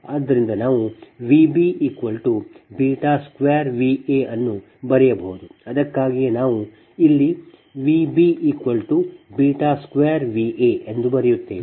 ಆದ್ದರಿಂದ ನಾವು Vb2Va ಅನ್ನು ಬರೆಯಬಹುದು ಅದಕ್ಕಾಗಿಯೇ ನಾವು ಇಲ್ಲಿ Vb2Va ಎಂದು ಬರೆಯುತ್ತೇವೆ